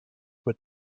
were